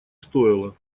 стоило